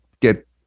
get